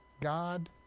God